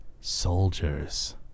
Soldiers